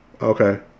Okay